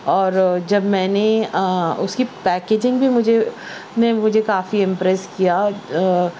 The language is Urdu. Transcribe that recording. اور جب میں نے اس کی پیکیجنگ بھی مجھے نے مجھے کافی امپریس کیا